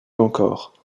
encore